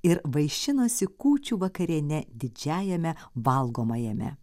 ir vaišinosi kūčių vakariene didžiajame valgomajame